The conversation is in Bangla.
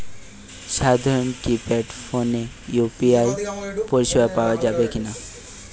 সাধারণ কিপেড ফোনে ইউ.পি.আই পরিসেবা পাওয়া যাবে কিনা?